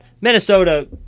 Minnesota